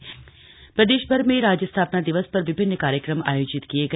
स्थापना दिवस प्रदेश प्रदेशभर में राज्य स्थापना दिवस पर विभिन्न कार्यक्रम आयोजित किये गए